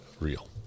real